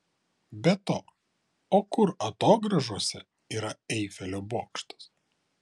be to o kur atogrąžose yra eifelio bokštas